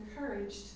encouraged